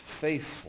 faithful